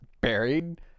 buried